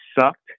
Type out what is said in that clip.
sucked